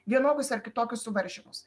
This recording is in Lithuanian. vienokius ar kitokius suvaržymus